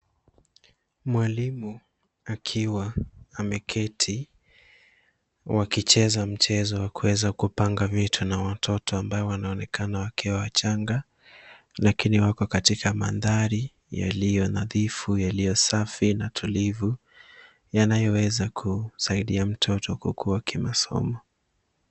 Mwalimu akiwa ameketi wakicheza mchezo wa kuweza kupanga vitu na watoto ambao wanaonekana wakiwa wachanga lakini wako katika mandhari yaliyo nadhifu yakiyo safi na tulivu yanayoweza kusaidia mtoto kukuwa kimasomo.